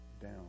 down